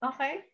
Okay